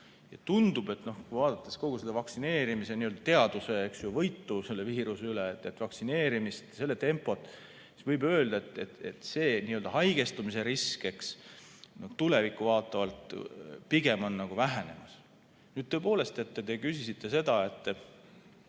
Tundub, vaadates kogu seda n-ö teaduse võitu selle viiruse üle, vaktsineerimist ja selle tempot, siis võib öelda, et see haigestumise risk tulevikku vaatavalt pigem on vähenemas. Tõepoolest, te küsisite seda, et